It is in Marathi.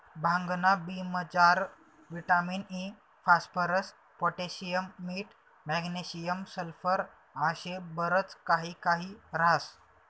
भांगना बी मजार विटामिन इ, फास्फरस, पोटॅशियम, मीठ, मॅग्नेशियम, सल्फर आशे बरच काही काही ह्रास